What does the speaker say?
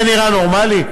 זה נראה נורמלי?